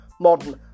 modern